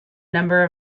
number